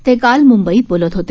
ते काल मुंबईत बोलत होते